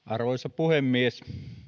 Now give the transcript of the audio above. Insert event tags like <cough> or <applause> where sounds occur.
<unintelligible> arvoisa puhemies